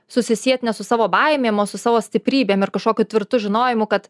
susisiet ne su savo baimėm o su savo stiprybėm ir kažkokiu tvirtu žinojimu kad